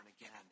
again